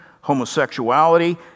homosexuality